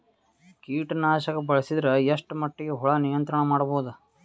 ಕೀಟನಾಶಕ ಬಳಸಿದರ ಎಷ್ಟ ಮಟ್ಟಿಗೆ ಹುಳ ನಿಯಂತ್ರಣ ಮಾಡಬಹುದು?